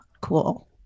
cool